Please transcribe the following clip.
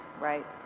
right